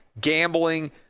gambling